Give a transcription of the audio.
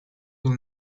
will